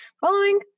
following